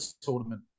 tournament